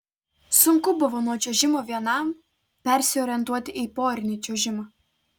sunku buvo nuo čiuožimo vienam persiorientuoti į porinį čiuožimą